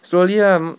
slowly lah mm